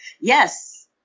Yes